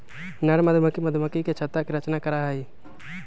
नर मधुमक्खी मधुमक्खी के छत्ता के रचना करा हई